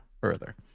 further